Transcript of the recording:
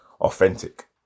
authentic